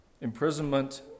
Imprisonment